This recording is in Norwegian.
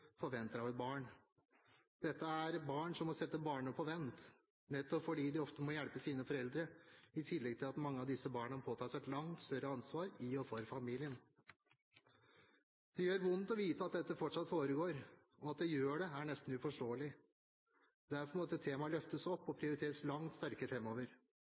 forventer av et barn. Dette er barn som må sette barndommen på vent, nettopp fordi de ofte må hjelpe sine foreldre i tillegg til at mange av disse barna må påta seg et langt større ansvar i og for familien. Det gjør vondt å vite at dette fortsatt foregår, og at det gjør det, er nesten uforståelig. Derfor må dette temaet løftes opp og prioriteres langt sterkere